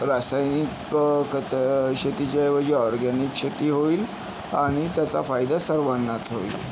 रासायनिक खतशेतीच्या ऐवजी ऑर्गनिक शेती होईल आणि त्याचा फायदा सर्वांनाच होईल